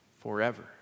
forever